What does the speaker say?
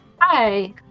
Hi